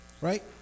right